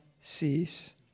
cease